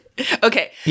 Okay